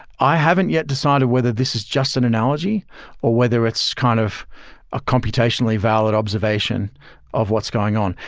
i haven't yet decided whether this is just an analogy or whether it's kind of a computationally valid observation of what's going on.